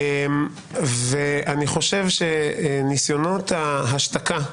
ואני חושב שניסיונות ההשתקה,